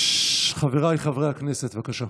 חבריי חברי הכנסת, בבקשה.